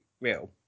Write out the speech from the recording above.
real